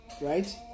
right